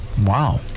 Wow